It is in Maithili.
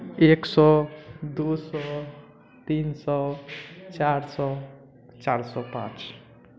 एक सए दू सए तीन सए चारि सए चारि सए पाॅंच